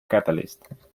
catalyst